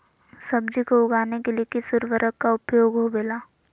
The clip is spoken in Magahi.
सब्जी को उगाने के लिए किस उर्वरक का उपयोग होबेला?